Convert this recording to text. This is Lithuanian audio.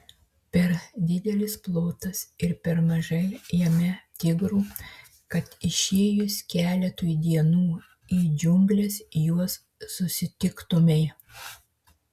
per didelis plotas ir per mažai jame tigrų kad išėjus keletui dienų į džiungles juos susitiktumei